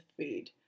food